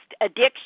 addiction